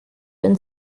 been